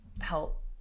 help